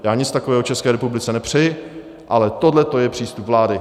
Já nic takového České republice nepřeji, ale tohle je přístup vlády.